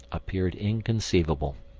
appeared inconceivable.